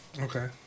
Okay